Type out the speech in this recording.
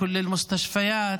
כל בתי החולים,